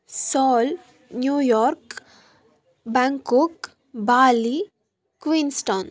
Saal New York Bangkok Bali Queenstown